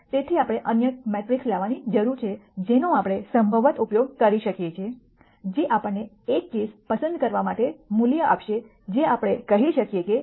તેથી આપણે કેટલાક અન્ય મેટ્રિક લાવવાની જરૂર છે જેનો આપણે સંભવત ઉપયોગ કરી શકીએ છીએ જે આપણને એક કેસ પસંદ કરવા માટે મૂલ્ય આપશે જે આપણે કહી શકીએ કે આ કેસનો ઉકેલ છે